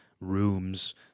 rooms